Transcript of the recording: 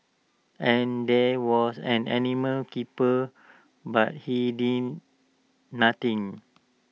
and there was an animal keeper but he did nothing